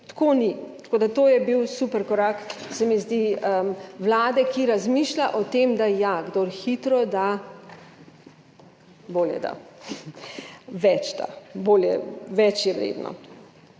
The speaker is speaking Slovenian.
Tako, da to je bil super korak se mi zdi, Vlade, ki razmišlja o tem, da ja kdor hitro da, bolje da, več da, bolje, več je vredno.